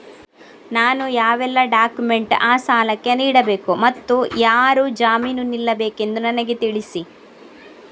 ನಾನು ಯಾವೆಲ್ಲ ಡಾಕ್ಯುಮೆಂಟ್ ಆ ಸಾಲಕ್ಕೆ ನೀಡಬೇಕು ಮತ್ತು ಯಾರು ಜಾಮೀನು ನಿಲ್ಲಬೇಕೆಂದು ನನಗೆ ತಿಳಿಸಿ?